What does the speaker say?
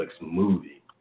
movie